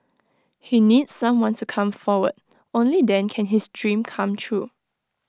he needs someone to come forward only then can his dream come true